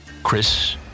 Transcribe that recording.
chris